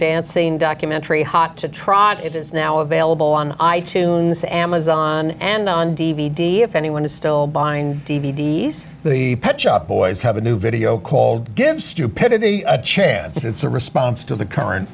dancing documentary hot to trot it is now available on i tunes amazon and on d v d if anyone is still buying d v d s the pet shop boys have a new video called give stupidity a chance it's a response to the current